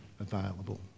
available